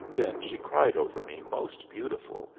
then, she cried over me most beautiful,